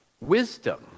wisdom